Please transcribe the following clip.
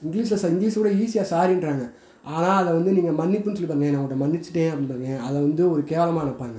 இங்கிலீஷில் இங்கிலீஷ் கூட ஈஸியாக சாரின்றாங்க ஆனால் அதை வந்து நீங்கள் மன்னிப்புன்னு சொல்லி பாருங்களேன் நான் உன்னை மன்னிச்சிட்டேன் அப்டினு பாருங்களேன் அதை வந்து ஒரு கேவலமாக நினைப்பாங்க